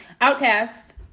Outcast